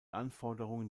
anforderungen